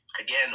again